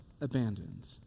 abandoned